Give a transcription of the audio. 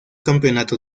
campeonato